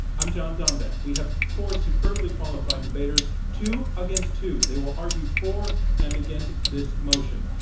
i'm john donvan. we have four superbly qualified debaters, two against two. they will argue for and against this motion.